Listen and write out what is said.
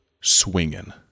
swinging